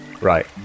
Right